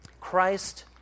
Christ